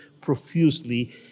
profusely